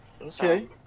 okay